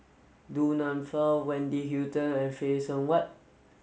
Du Nanfa Wendy Hutton and Phay Seng Whatt